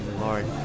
Lord